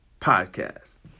podcast